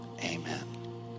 amen